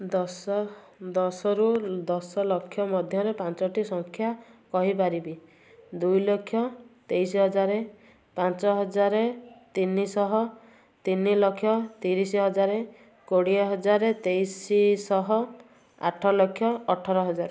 ଦଶ ଦଶରୁ ଦଶ ଲକ୍ଷ ମଧ୍ୟରେ ପାଞ୍ଚଟି ସଂଖ୍ୟା କହିପାରିବି ଦୁଇ ଲକ୍ଷ ତେଇଶି ହଜାର ପାଞ୍ଚ ହଜାର ତିନିଶହ ତିନି ଲକ୍ଷ ତିରିଶ ହଜାର କୋଡ଼ିଏ ହଜାର ତେଇଶି ଶହ ଆଠ ଲକ୍ଷ ଅଠର ହଜାର